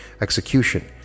execution